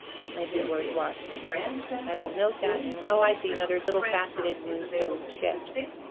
that might be worth watching i will note that and oh i see no there's little faceted moonstone chips